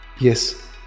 yes